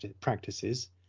practices